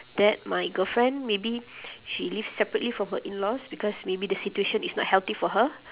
that my girlfriend maybe she lives separately from her in-laws because maybe the situation is not healthy for her